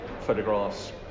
Photographs